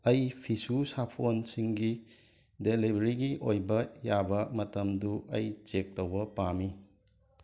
ꯑꯩ ꯐꯤꯁꯨ ꯁꯥꯄꯣꯟꯁꯤꯡꯒꯤ ꯗꯦꯂꯤꯕꯔꯤꯒꯤ ꯑꯣꯏꯕ ꯌꯥꯕ ꯃꯇꯝꯗꯨ ꯑꯩ ꯆꯦꯛ ꯇꯧꯕ ꯄꯥꯝꯃꯤ